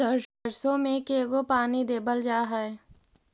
सरसों में के गो पानी देबल जा है?